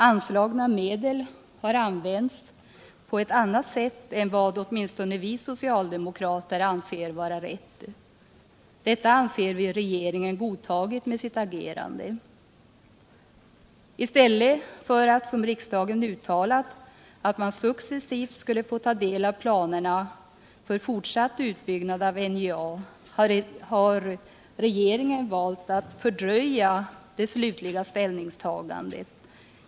Anslagna medel har använts på ett annat sätt än vad åtminstone vi socialdemokrater anser vara rätt. Vi menar att regeringen har godtagit detta genom sitt agerande. I stället för att, som riksdagen uttalat, successivt få ta del av planerna för fortsatt utbyggnad av NJA, har regeringen valt att fördröja det slutliga ställningstagandet.